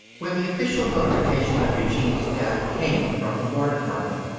when the official notification of eugene's death came from the war department,